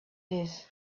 his